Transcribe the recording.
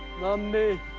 mommy!